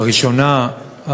הראשונה,